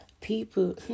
People